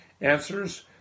answers